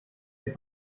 hier